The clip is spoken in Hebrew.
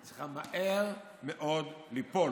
צריכה מהר מאוד ליפול.